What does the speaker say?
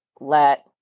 let